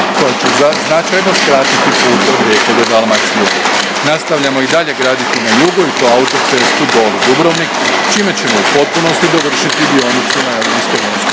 koja će značajno skratiti put od Rijeke do Dalmacije. Nastavljamo i dalje graditi na jugu i to autocestu Doli – Dubrovnik čime ćemo u potpunosti dovršiti dionicu na jadransko-jonskom